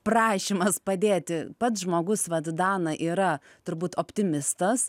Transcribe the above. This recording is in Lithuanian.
prašymas padėti pats žmogus vat dana yra turbūt optimistas